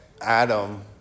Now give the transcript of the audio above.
Adam